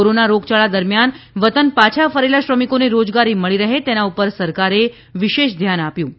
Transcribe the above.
corona રોગચાળા દરમિયાન વતન પાછા ફરેલા શ્રમિકોને રોજગારી મળી રહે તેના પર સરકારે વિશેષ ધ્યાન આપ્યું હતું